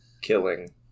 killing